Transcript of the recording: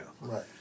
Right